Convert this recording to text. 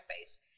face